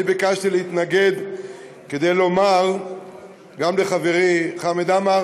אני ביקשתי להתנגד כדי לומר גם לחברי חמד עמאר